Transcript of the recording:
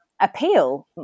appeal